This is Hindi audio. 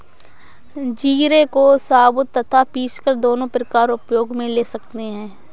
जीरे को साबुत तथा पीसकर दोनों प्रकार उपयोग मे ले सकते हैं